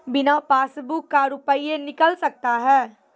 बिना पासबुक का रुपये निकल सकता हैं?